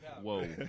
Whoa